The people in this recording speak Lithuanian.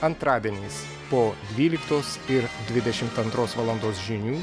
antradienis po dvyliktos ir dvidešimt antros valandos žinių